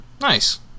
nice